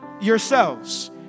Yourselves